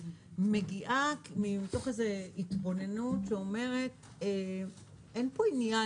מגיעה מתוך איזה התבוננות שאומרת שאין פה עניין